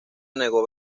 negó